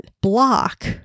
block